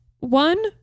one